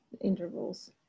intervals